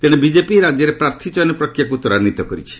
ତେଣେ ବିଜେପି ରାଜ୍ୟରେ ପ୍ରାର୍ଥୀ ଚୟନ ପ୍ରକ୍ରିୟାକୁ ତ୍ୱରାନ୍ୱିତ କରିଛି